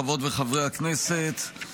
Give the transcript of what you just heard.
חברות וחברי הכנסת,